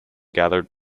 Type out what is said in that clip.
gathered